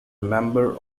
member